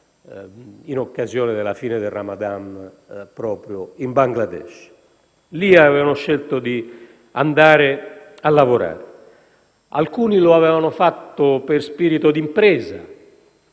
in occasione della fine del Ramadan, proprio in Bangladesh. Lì avevano scelto di andare a lavorare. Alcuni lo avevano fatto per spirito d'impresa,